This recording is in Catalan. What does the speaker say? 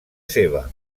seva